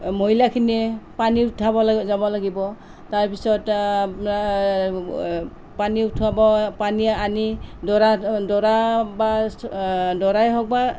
মহিলাখিনিয়ে পানী উঠাবলৈ যাব লাগিব তাৰ পিছত আপোনাৰ পানী উঠোৱাব পানী আনি দৰাক দৰা বা দৰাই হওক বা